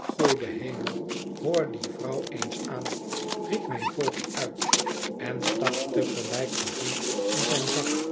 goede hemel hoor die vrouw eens aan riep mijn voogd uit en stak te gelijk de hand in zijn zak